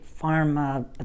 pharma